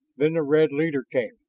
then the red leader came.